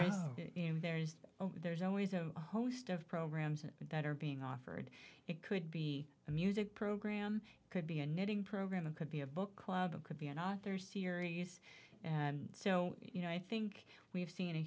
you know there's there's always a host of programs that are being offered it could be a music program could be a knitting program it could be a book club it could be an author series and so you know i think we've seen a